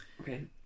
okay